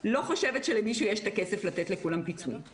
ולא מאפשרים החרגות כל